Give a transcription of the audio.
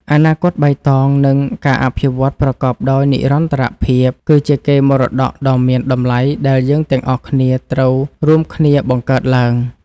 អនាគតបៃតង និងការអភិវឌ្ឍប្រកបដោយនិរន្តរភាពគឺជាកេរមរតកដ៏មានតម្លៃដែលយើងទាំងអស់គ្នាត្រូវរួមគ្នាបង្កើតឡើង។